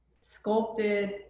sculpted